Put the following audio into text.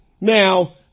Now